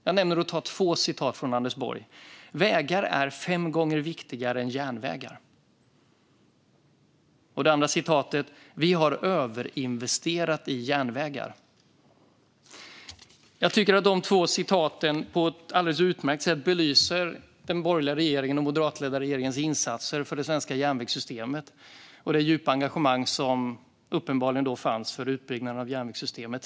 Jag väljer att ta två citat från Anders Borg: Vägar är fem gånger viktigare än järnvägar. Det andra citatet lyder: Vi har överinvesterat i järnvägar. Jag tycker att de två citaten på ett alldeles utmärkt sätt belyser den borgerliga, moderatledda regeringens insatser för det svenska järnvägssystemet och det djupa engagemang som då uppenbarligen fanns för utbyggnad av järnvägssystemet.